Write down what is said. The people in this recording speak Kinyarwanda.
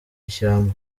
ishyamba